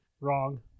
Wrong